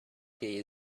key